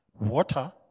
Water